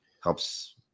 helps